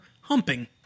humping